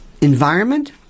environment